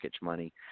money